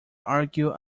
argue